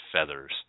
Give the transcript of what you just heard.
feathers